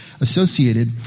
associated